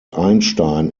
einstein